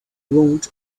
wound